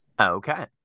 okay